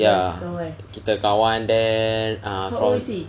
ya kita kawan then ah